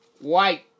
white